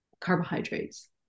carbohydrates